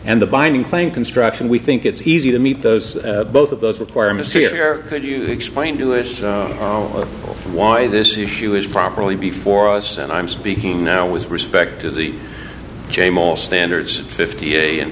and the binding claim construction we think it's easy to meet those both of those requirements to get here could you explain to him why this issue is properly before us and i'm speaking now was respect as the jame all standards fifty a